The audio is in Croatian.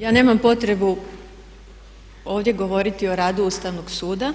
Ja nemam potrebu ovdje govoriti o radu Ustavnog suda.